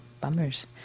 bummers